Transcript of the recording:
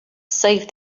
save